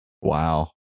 Wow